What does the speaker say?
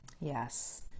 Yes